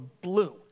blue